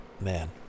man